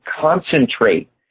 concentrate